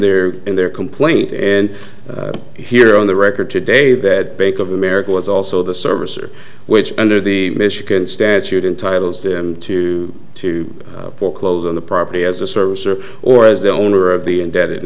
their in their complaint and here on the record today that bank of america was also the service are which under the michigan statute in titles them to to foreclose on the property as a service or or as the owner of the indebted